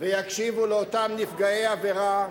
ויקשיבו לאותם נפגעי עבירה.